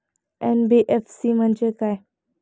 NBFC म्हणजे काय?